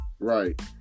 Right